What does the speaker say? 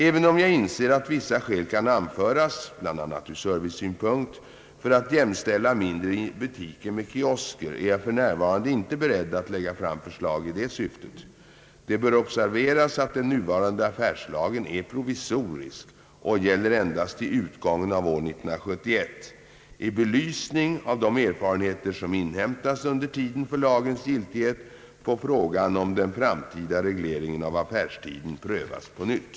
Även om jag inser att vissa skäl kan anföras, bl.a. ur servicesynpunkt, för att jämställa mindre butiker med kiosker är jag f. n. inte beredd att lägga fram förslag i detta syfte. Det bör observeras att den nuvarande affärstidslagen är provisorisk och gäller endast till utgången av år 1971. I belysning av de erfarenheter som inhämtas under tiden för lagens giltighet får frågan om den framtida regleringen av affärstiden prövas på nytt.